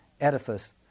edifice